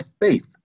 faith